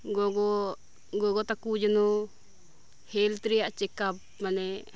ᱜᱚᱜᱚ ᱜᱚᱜᱚ ᱛᱟᱠᱚ ᱡᱮᱱᱚ ᱦᱮᱞᱛᱷ ᱨᱮᱭᱟᱜ ᱪᱮᱠᱟᱯ ᱢᱟᱱᱮ